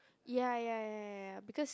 ya ya ya ya ya because